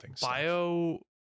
bio